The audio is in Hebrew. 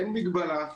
ואין מגבלה.